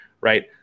right